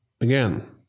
Again